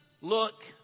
look